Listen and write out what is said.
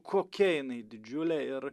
kokia jinai didžiulė ir